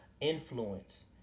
influence